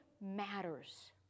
matters